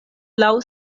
laŭ